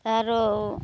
ତାର